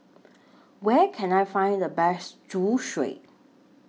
Where Can I Find The Best Zosui